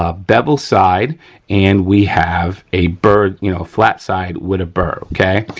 ah beveled side and we have a burred, you know, flat side with a bur, okay?